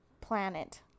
Planet